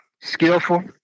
skillful